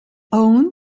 owned